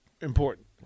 important